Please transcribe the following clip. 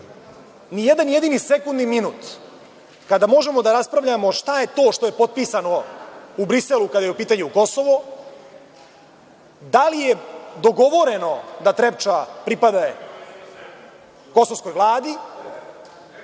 nijedan jedini sekund ni minut kada možemo da raspravljamo šta je to što je potpisano u Briselu kada je u pitanju Kosovo, da li je dogovoreno da Trepča pripada kosovskoj vladi.